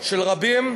של רבים,